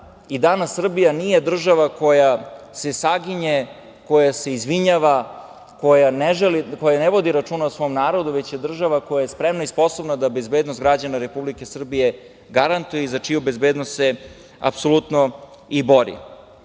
Srbija nije država koja se saginje, koja se izvinjava, koja ne vodi računa o svom narodu, već je država koja je spremna i sposobna da bezbednost građana Republike Srbije garantuje i za čiju bezbednost se apsolutno i bori. Mogli